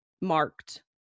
marked